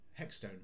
Hexstone